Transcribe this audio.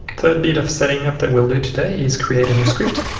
third bit of setting up that we'll do today is create a new script.